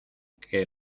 que